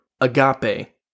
agape